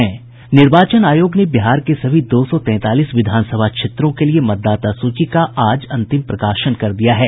निर्वाचन आयोग ने बिहार के सभी दो सौ तैंतालीस विधानसभा क्षेत्रों के लिए मतदाता सूची का आज अंतिम प्रकाशन कर दिया है